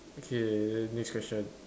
okay next question